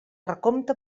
recompte